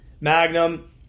Magnum